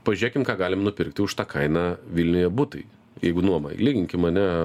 pažiūrėkim ką galim nupirkti už tą kainą vilniuje butai jeigu nuomai lyginkim ane